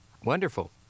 Wonderful